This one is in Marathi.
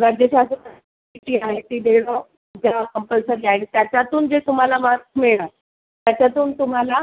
राज्य शासनाची जी ती देणं जरा कंपल्सरी आहे त्याच्यातून जे तुम्हाला मार्क्स मिळणार त्याच्यातून तुम्हाला